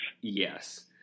Yes